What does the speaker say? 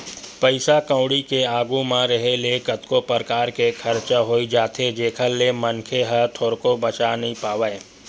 पइसा कउड़ी के आघू म रेहे ले कतको परकार के खरचा होई जाथे जेखर ले मनखे ह थोरको बचा नइ पावय